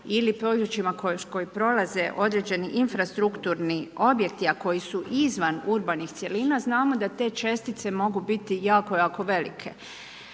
ili područjima kroz koje prolaze određeni infrastrukturni objekti, a koji su izvan urbani cjelina, znamo da te čestice mogu biti jako, jako velike.